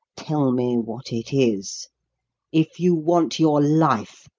tell me what it is if you want your life,